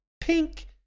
pink